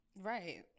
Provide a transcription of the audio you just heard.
Right